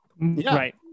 Right